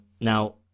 Now